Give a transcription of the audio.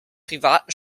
privaten